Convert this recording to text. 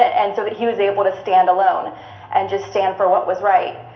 and so but he was able to stand alone and just stand for what was right,